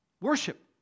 Worship